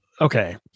okay